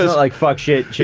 like. fuck, shit,